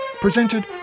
presented